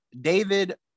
David